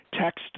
Text